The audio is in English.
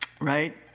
Right